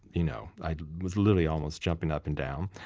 you know i was literally almost jumping up and down.